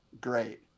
great